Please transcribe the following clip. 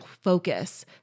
focus